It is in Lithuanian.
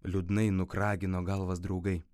liūdnai nukragino galvas draugai